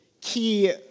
key